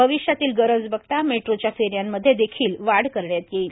भविष्यातील गरज बघता मेट्रोच्या फेऱ्यामध्ये देखील वाढ करण्यात येईल